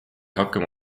hakkame